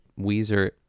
weezer